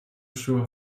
sure